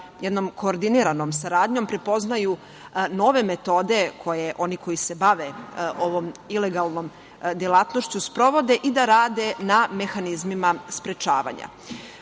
jednom koordiniranom saradnjom prepoznaju nove metode koje oni koji se bave ovom ilegalnom delatnošću sprovode i da rade na mehanizmima sprečavanja.U